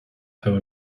have